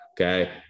okay